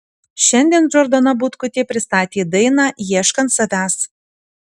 šiandien džordana butkutė pristatė dainą ieškant savęs